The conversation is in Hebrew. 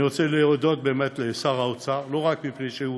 אני רוצה להודות לשר האוצר, לא רק מפני שהוא